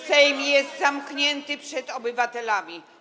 Sejm jest zamknięty przed obywatelami.